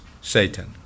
Satan